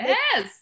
Yes